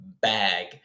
bag